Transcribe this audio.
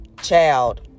child